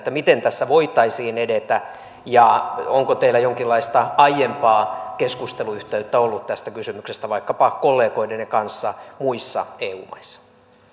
miten tässä voitaisiin edetä ja onko teillä jonkinlaista aiempaa keskusteluyhteyttä ollut tästä kysymyksestä vaikkapa kollegoidenne kanssa muissa eu maissa